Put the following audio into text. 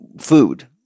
food